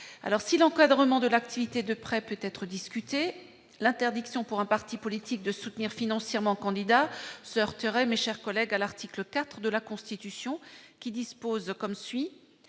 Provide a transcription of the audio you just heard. Si l'encadrement de l'activité de prêt peut être discuté, l'interdiction pour un parti politique de soutenir financièrement un candidat se heurterait, mes chers collègues, à l'article 4 de la Constitution, qui prévoit